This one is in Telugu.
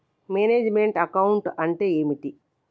మేనేజ్ మెంట్ అకౌంట్ అంటే ఏమిటి?